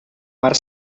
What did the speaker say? mar